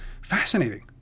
fascinating